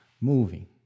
moving